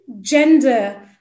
Gender